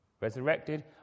Resurrected